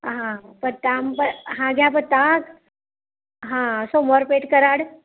हां पत्ता प हा ग्या पत्ताच हां सोमवार पेठ कराड